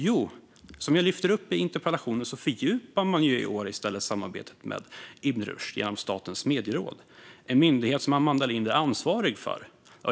Jo, som jag lyfter fram i interpellationen fördjupar man i år i stället samarbetet med Ibn Rushd genom Statens medieråd, en myndighet som Amanda Lind är ansvarig för.